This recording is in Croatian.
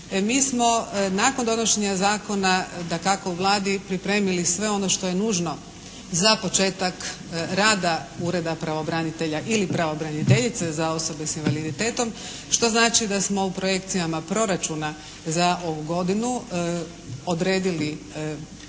Mi smo nakon donošenja zakona dakako Vladi pripremili sve ono što je nužno za početak rada Ureda pravobranitelja ili pravobraniteljice za osobe sa invaliditetom što znači da smo u projekcijama proračuna za ovu godinu odredili